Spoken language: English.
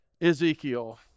Ezekiel